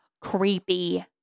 Creepy